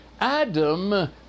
Adam